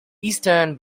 eastern